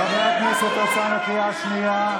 חבר הכנסת בליאק, קריאה שנייה.